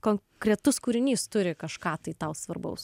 konkretus kūrinys turi kažką tai tau svarbaus